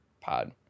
pod